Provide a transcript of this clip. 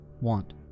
want